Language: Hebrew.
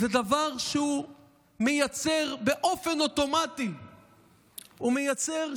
זה דבר שמייצר באופן אוטומטי שחיתות,